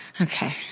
Okay